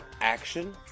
action